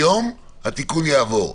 היום התיקון יעבור.